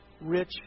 rich